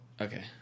okay